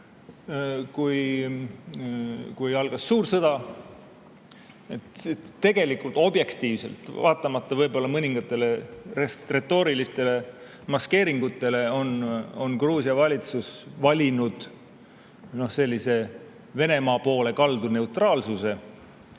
kui algas suur sõda. Tegelikult objektiivselt, vaatamata võib-olla mõningatele retoorilistele maskeeringutele, on Gruusia valitsus valinud Venemaa poole kaldu neutraalsuse.